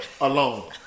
alone